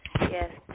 Yes